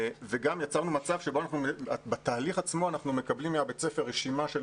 וגם יצרנו מצב שבתהליך עצמו אנחנו מקבלים מבית הספר רשימה של